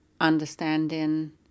understanding